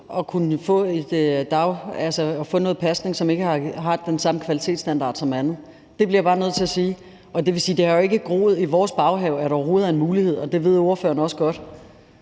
at kunne få noget pasning, som ikke har den samme kvalitetsstandard som andet; det bliver jeg bare nødt til at sige. Og det vil sige, at det jo ikke har groet i vores baghave, at det overhovedet er en mulighed, og det ved ordføreren også godt.